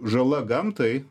žala gamtai